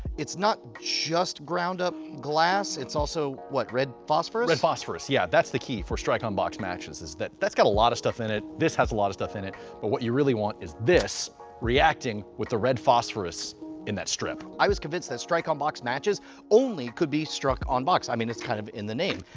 it's not just ground up glass, it's also what, red phosphorus? red phosphorus, yeah, that's the key for strike-on-box matches is that that's got a lot of stuff in it, this has a lot of stuff in it, but what you really want is this reacting with the red phosphorus in that strip. i was convinced that strike-on-box matches only could be struck on box. i mean, it's kind of in the name,